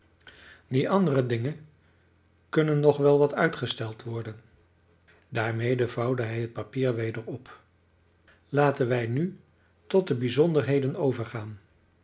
die andere dingen kunnen nog wel wat uitgesteld worden daarmede vouwde hij het papier weder op laten wij nu tot de bijzonderheden overgaan